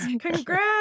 Congrats